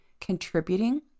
contributing